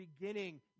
beginning